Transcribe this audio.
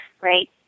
right